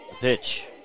pitch